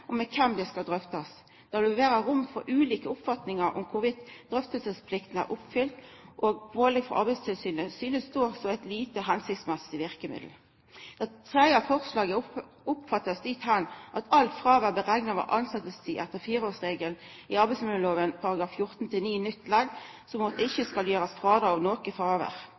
og med kven det skal drøftast. Det vil vera rom for ulike oppfatningar om i kva grad drøftingsplikta er oppfylt, og pålegg frå Arbeidstilsynet synest då som eit lite hensiktsmessig verkemiddel. Det tredje forslaget blir oppfatta slik at alt fråvær ved berekning av tilsetjingstid etter fireårsregelen i arbeidsmiljøloven § 14-9 nytt ledd betyr at det ikkje skal gjerast frådrag av noko